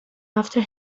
after